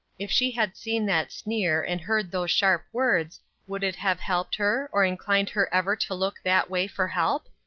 if she had seen that sneer and heard those sharp words would it have helped her, or inclined her ever to look that way for help?